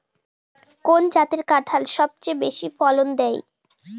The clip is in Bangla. কোন জাতের কাঁঠাল সবচেয়ে বেশি ফলন দেয়?